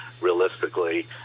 realistically